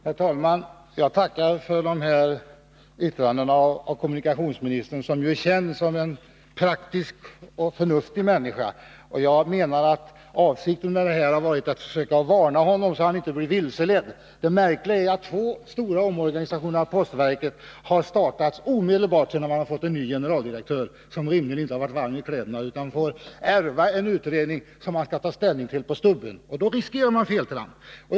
Herr talman! Jag tackar för de här yttrandena av kommunikationsministern, som ju är känd som en praktisk och förnuftig människa. Avsikten har varit att försöka varna honom så att han inte blir vilseledd. Det märkliga är att två stora omorganisationer av postverket har startat omedelbart efter det att man har fått en ny generaldirektör som rimligen inte har varit varm i kläderna, utan fått ärva en utredning som han skall ta ställning till omedelbart. Då riskerar man feltramp.